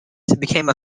became